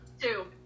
Two